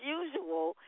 usual